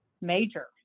major